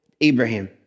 Abraham